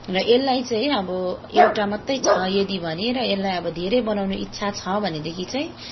र यसलाई चाहिँ अब एउटा मात्रै छ यदि भने र यसलाई अब धेरै बनाउनु इच्छा छ भनेदेखि चाहिँ